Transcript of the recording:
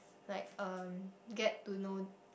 like um get to know